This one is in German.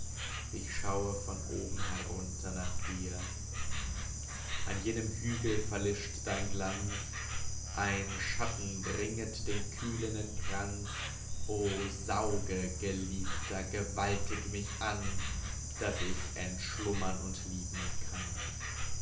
ich sehe von oben herunter auf dich an jenem hügel verlischt dein glanz ein schatten bringet den kühlen kranz o sauge geliebter gewaltig mich an daß ich bald ewig entschlummern kann